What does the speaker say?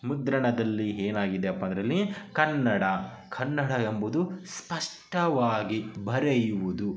ಮುದ್ರಣದಲ್ಲಿ ಏನಾಗಿದೆಯಪ್ಪ ಅದರಲ್ಲಿ ಕನ್ನಡ ಕನ್ನಡ ಎಂಬುದು ಸ್ಪಷ್ಟವಾಗಿ ಬರೆಯುವುದು